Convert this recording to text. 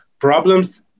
problems